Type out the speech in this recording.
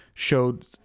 showed